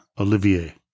Olivier